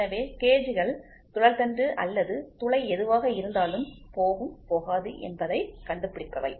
எனவே கேஜ்கள் சுழல் தண்டு அல்லது துளை எதுவாக இருந்தாலும் போகும் போகாது என்பதை கண்டுபிடிப்பவை